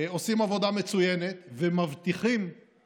עושה עבודה מצוינת ומבטיח את